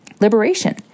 Liberation